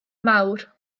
mawr